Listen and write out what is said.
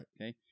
okay